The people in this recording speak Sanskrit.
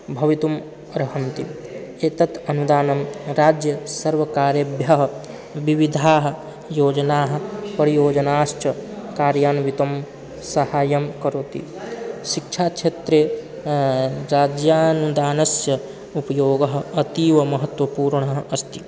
भवितुम् अर्हन्ति एतत् अनुदानं राज्यसर्वकारेभ्यः विविधाः योजनाः परियोजनाश्च कार्यान्वितं सहायं करोति शिक्षाक्षेत्रे राज्यानुदानस्य उपयोगः अतीवमहत्त्वपूर्णः अस्ति